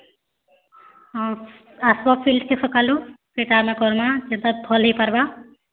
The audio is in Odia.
ହଉ ଆସ ଫିଲ୍ଡ୍କେ ସକାଲୁ ସେଟା ଆମେ କର୍ମା କେନ୍ତା ଭଲ୍ ହେଇପାର୍ବା